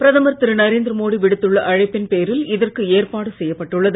பிரதமர் திரு நரேந்திர மோடி விடுத்துள்ள அழைப்பின் பேரில் இதற்கு ஏற்பாடு செய்யப்பட்டுள்ளது